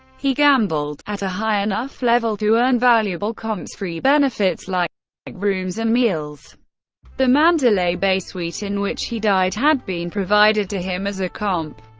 he gambled at a high enough level to earn valuable comps, free benefits like like rooms and meals the mandalay bay suite in which he died had been provided to him as a comp.